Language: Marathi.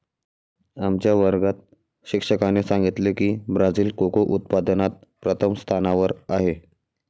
आमच्या वर्गात शिक्षकाने सांगितले की ब्राझील कोको उत्पादनात प्रथम स्थानावर आहे